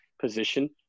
position